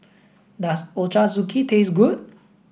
does Ochazuke taste good